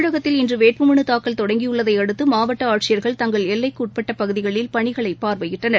தமிழகத்தில் இன்று வேட்புமனு தாக்கல் தொடங்கியுள்ளதை அடுத்து மாவட்ட ஆட்சியர்கள் தங்கள் எல்லைக்குட்பட்ட பகுதிகளில் பணிகளை பார்வையிட்டனர்